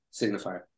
signifier